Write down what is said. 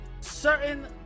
certain